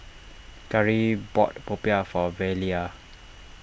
Kari bought Popiah for Velia